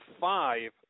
five